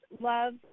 love